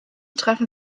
treffen